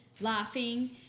laughing